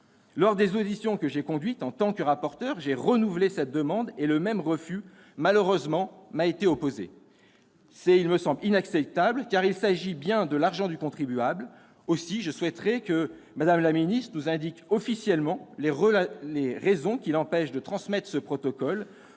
Lors des auditions que j'ai conduites en tant que rapporteur de ce texte, j'ai renouvelé cette demande ; le même refus m'a été malheureusement opposé. C'est, à mes yeux, inacceptable, car il s'agit bien de l'argent du contribuable ! Aussi, je souhaiterais que Mme la ministre nous indique officiellement les raisons qui l'empêchent de transmettre ce protocole,